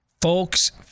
Folks